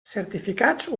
certificats